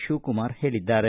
ಶಿವಕುಮಾರ ಹೇಳಿದ್ದಾರೆ